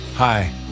Hi